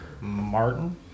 Martin